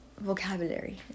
vocabulary